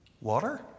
Water